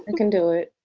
and can do it.